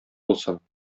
булсын